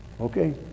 Okay